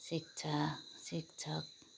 शिक्षा शिक्षक